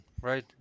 right